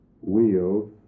wheels